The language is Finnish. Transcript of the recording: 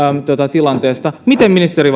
tilanteesta miten ministeri